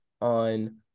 on